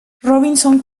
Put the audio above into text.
robinson